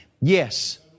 Yes